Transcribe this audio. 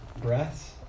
breaths